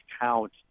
count